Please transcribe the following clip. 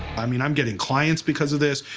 i mean, i'm getting clients because of this.